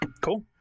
cool